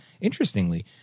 Interestingly